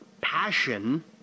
passion